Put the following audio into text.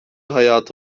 hayatı